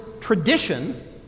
tradition